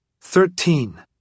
Thirteen